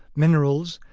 minerals,